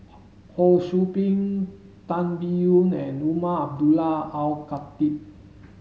Ho Sou Ping Tan Biyun and Umar Abdullah Al Khatib